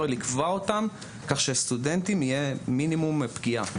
לקבוע אותם כך שלסטודנטים תהיה מינימום פגיעה.